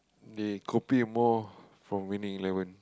they copy more from Winning-Eleven